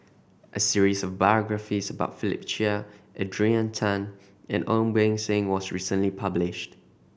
a series of biographies about Philip Chia Adrian Tan and Ong Beng Seng was recently published